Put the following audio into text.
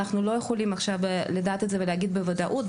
אנחנו לא יכולים עכשיו לדעת את זה ולהגיד בוודאות.